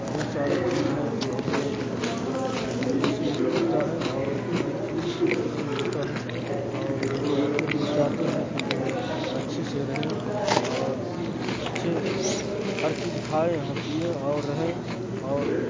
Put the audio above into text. بہت سارے چیز ہیں جو ہم لوگوں کو خوشی ملتا ہے اور ہر چیز خوشی سے ہی ہوتا ہے اور ہم چاہتے ہم لوگ چاہتے ہیں کہ جو ہے اچھے سے رہیں اور اچھے ہر چیز کھائیں ہاں پئیں اور رہیں اور